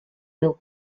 meu